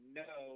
no